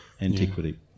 antiquity